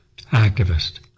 activist